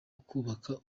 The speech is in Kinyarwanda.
ukubaka